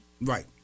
Right